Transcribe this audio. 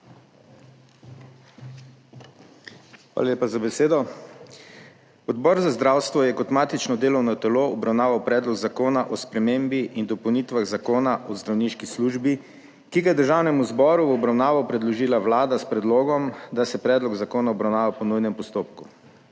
Hvala lepa za besedo. Odbor za zdravstvo je kot matično delovno telo obravnaval Predlog zakona o spremembi in dopolnitvah Zakona o zdravniški službi, ki ga je Državnemu zboru v obravnavo predložila Vlada s predlogom, da se predlog zakona obravnava po nujnem postopku.